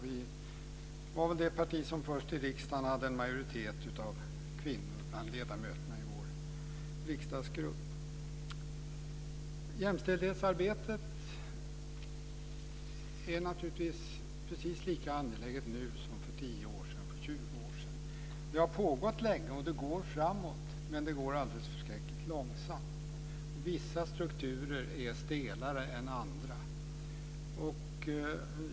Vi var väl det parti som först i riksdagen hade en majoritet av kvinnor bland ledamöterna i vår riksdagsgrupp. Jämställdhetsarbetet är naturligtvis precis lika angeläget nu som för 10-20 år sedan. Det har pågått länge, och det går framåt. Men det går alldeles förskräckligt långsamt. Vissa strukturer är stelare än andra.